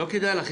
לא כדאי לך,